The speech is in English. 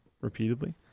repeatedly